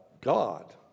God